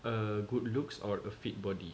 a good looks or a fit body